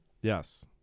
yes